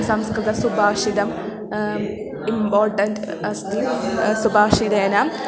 संस्कृतसुभाषितम् important अस्ति सुभाषितेन